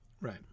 Right